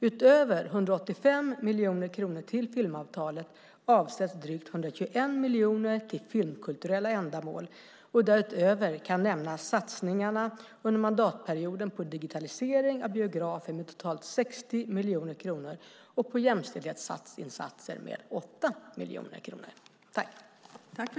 Utöver 185 miljoner kronor till filmavtalet avsätts drygt 121 miljoner kronor till filmkulturella ändamål. Därutöver kan nämnas satsningarna under mandatperioden på digitalisering av biografer med totalt 60 miljoner kronor och på jämställdhetsinsatser med 8 miljoner kronor.